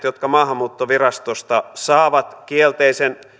jotka maahanmuuttovirastosta saavat kielteisen